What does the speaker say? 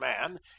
man